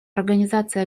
организации